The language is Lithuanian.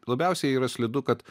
labiausiai yra slidu kad